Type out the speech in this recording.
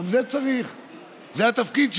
כך זה התפתח בירוחם, כך זה התפתח בדימונה.